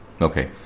Okay